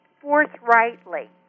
forthrightly